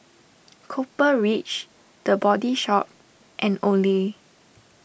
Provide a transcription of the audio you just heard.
Copper Ridge the Body Shop and Olay